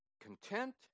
Content